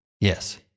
Yes